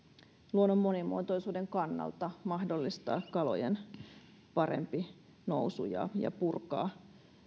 luonnon monimuotoisuuden kannalta mahdollistaa kalojen parempi nousu ja ja purkaa